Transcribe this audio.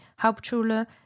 Hauptschule